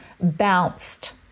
bounced